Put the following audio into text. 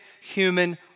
human